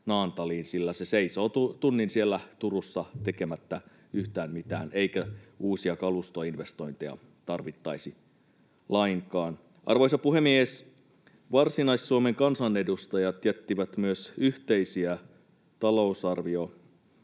sillä se seisoo tunnin Turussa tekemättä yhtään mitään, eikä uusia kalustoinvestointeja tarvittaisi lainkaan. Arvoisa puhemies! Varsinais-Suomen kansanedustajat jättivät myös yhteisiä talousar-vioaloitteita.